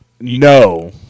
no